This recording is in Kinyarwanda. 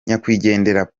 nyakwigendera